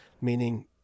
meaning